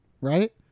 right